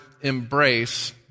embrace